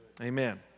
Amen